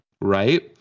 right